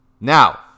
Now